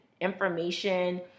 information